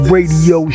Radio